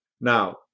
Now